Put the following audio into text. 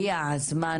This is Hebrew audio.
הגיע הזמן,